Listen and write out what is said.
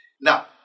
Now